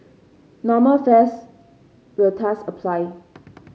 normal fares will thus apply